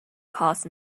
cost